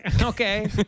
okay